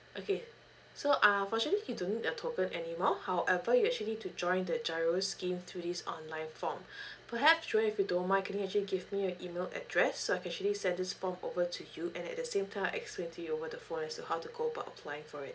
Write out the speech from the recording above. okay so uh for sure you can don't need a token anymore however you actually need to join the GIRO scheme through these online form perhaps johan if you don't mind can you actually give me your email address so I can actually send this form over to you and at the same time explain to you what the form as to how to go about applying for it